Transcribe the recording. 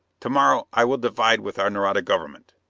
to-morrow i will divide with our nareda government.